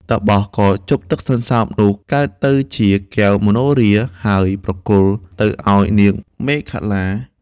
តាបសក៏ជប់ទឹកសន្សើមនោះកើតទៅជាកែវមនោហរា ហើយប្រគល់ទៅឱ្យនាងមេខលា។